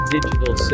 Digital